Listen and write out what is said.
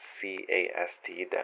C-A-S-T